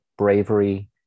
bravery